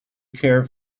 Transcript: care